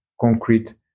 concrete